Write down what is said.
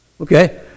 Okay